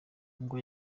ubwo